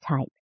type